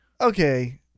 Okay